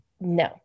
no